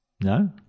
No